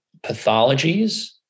pathologies